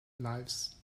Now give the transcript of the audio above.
lives